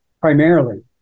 primarily